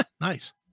Nice